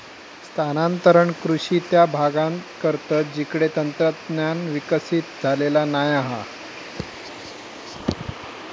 स्थानांतरण कृषि त्या भागांत करतत जिकडे तंत्रज्ञान विकसित झालेला नाय हा